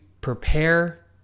prepare